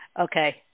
Okay